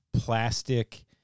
plastic